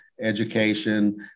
education